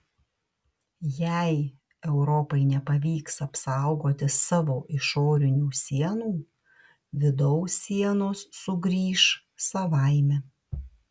jei europai nepavyks apsaugoti savo išorinių sienų vidaus sienos sugrįš savaime